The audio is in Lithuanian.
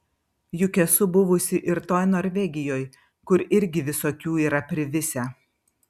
juk esu buvusi ir toj norvegijoj kur irgi visokių yra privisę